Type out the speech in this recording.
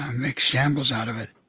make shambles out of it